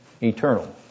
eternal